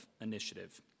initiative